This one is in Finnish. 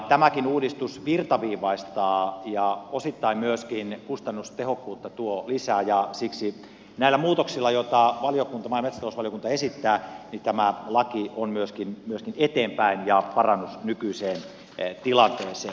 tämäkin uudistus virtaviivaistaa ja osittain myöskin kustannustehokkuutta tuo lisää ja siksi näillä muutoksilla joita maa ja metsätalousvaliokunta esittää tämä laki on myöskin eteenpäin ja parannus nykyiseen tilanteeseen